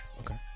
Okay